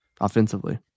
offensively